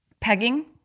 Pegging